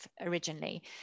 originally